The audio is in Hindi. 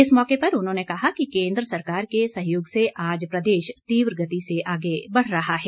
इस मौके पर उन्होंने कहा कि केन्द्र सरकार के सहयोग से आज प्रदेश तीव्र गति से आगे बढ़ रहा है